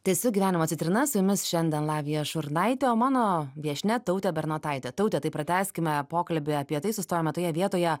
tęsiu gyvenimo citrinas su jumis šiandien lavija šurnaitė o mano viešnia tautė bernotaitė taute tai pratęskime pokalbį apie tai sustojome toje vietoje